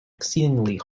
exceedingly